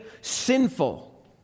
sinful